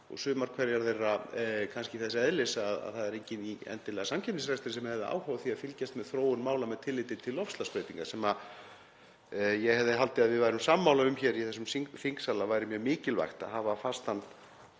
og sumar þeirra kannski þess eðlis að það er enginn endilega í samkeppnisrekstri sem hefði áhuga á því að fylgjast með þróun mála með tilliti til loftslagsbreytinga. Ég hefði haldið að við værum sammála um það í þessum þingsal að það sé mjög mikilvægt að hafa fastan